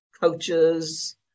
coaches